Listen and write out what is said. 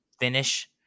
finish